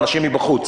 אנשים מבחוץ.